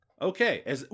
Okay